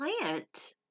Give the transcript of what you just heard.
plant